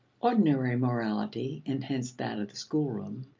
ordinary morality, and hence that of the schoolroom,